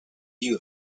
view